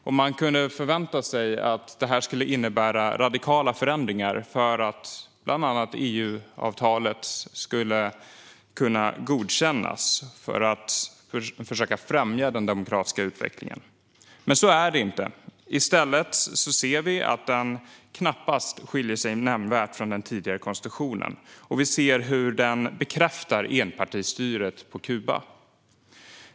Man hade kunnat förvänta sig att detta skulle innebära radikala förändringar bland annat för att EU-avtalet skulle kunna godkännas och för att främja den demokratiska utvecklingen. Men så blev det inte. I stället ser vi att den inte skiljer sig nämnvärt från den tidigare konstitutionen. Vi ser hur den bekräftar enpartistyret på Kuba.